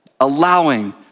allowing